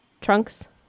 trunks